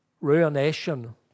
ruination